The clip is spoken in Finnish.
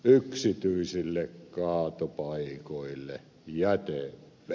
yksityisille kaatopaikoille jätevero